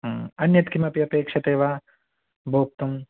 अन्यत्किमपि अपेक्ष्यते वा भोक्तुं